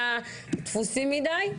100 תפוסים מידי?